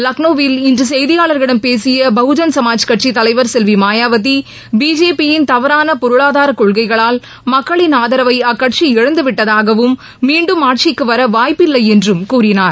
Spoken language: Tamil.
லக்னோவில் இன்று செய்தியாளர்களிடம் பேசிய பகுஜன் சமாஜ் கட்சித் தலைவர் செல்வி மாயாவதி பிஜேபியின் தவறான பொருளாதார கொள்கைகளால் மக்களின் ஆதரவை அக்கட்சி இழந்து விட்டதாகவும் மீண்டும் ஆட்சிக்கு வர வாய்ப்பில்லை என்றும் கூறினார்